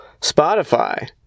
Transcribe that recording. Spotify